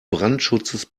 brandschutzes